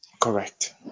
Correct